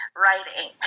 writing